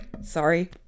Sorry